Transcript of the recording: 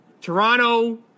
Toronto